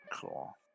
Cool